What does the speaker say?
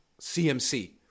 CMC